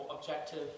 objective